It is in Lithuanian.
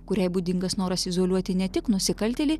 kuriai būdingas noras izoliuoti ne tik nusikaltėlį